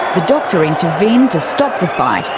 the doctor intervened to stop the fight,